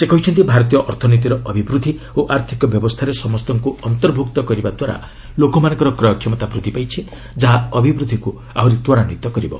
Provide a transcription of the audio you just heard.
ସେ କହିଛନ୍ତି ଭାରତୀୟ ଅର୍ଥନୀତିର ଅଭିବୃଦ୍ଧି ଓ ଆର୍ଥିକ ବ୍ୟବସ୍ଥାରେ ସମସ୍ତଙ୍କୁ ଅନ୍ତର୍ଭୁକ୍ତ କରିବା ଦ୍ୱାରା ଲୋକମାନଙ୍କର କ୍ରୟ କ୍ଷମତା ବୃଦ୍ଧି ପାଇଛି ଯାହା ଅଭିବୃଦ୍ଧିକୁ ଆହୁରି ତ୍ୱରାନ୍ୱିତ କରିବ